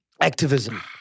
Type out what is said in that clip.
activism